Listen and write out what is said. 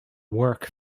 work